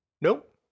Nope